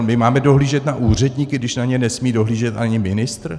My máme dohlížet na úředníky, když na ně nesmí dohlížet ani ministr?